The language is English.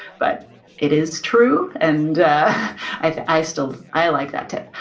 but it is true. and i still, i like that tip.